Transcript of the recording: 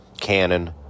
Canon